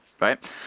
right